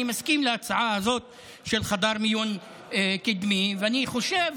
אני מסכים להצעה הזאת של חדר מיון קדמי ואני חושב